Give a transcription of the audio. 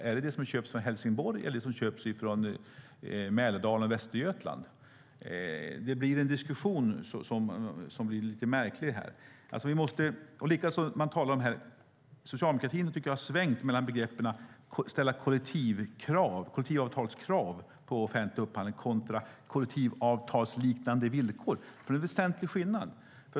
Är det det som köps från Helsingborg eller det som köps från Mälardalen och Västergötland? Det blir en lite märklig diskussion. Jag tycker att socialdemokratin har svängt mellan begreppen att ställa kollektivavtalskrav på offentlig upphandling kontra kollektivavtalsliknande villkor. Det är en väsentlig skillnad.